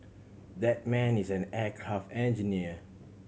that man is an aircraft engineer